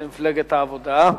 נציג מפלגת העבודה.